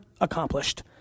accomplished